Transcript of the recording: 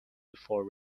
before